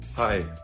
Hi